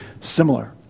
similar